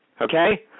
Okay